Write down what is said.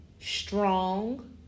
strong